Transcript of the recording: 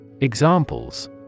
Examples